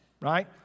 right